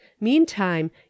Meantime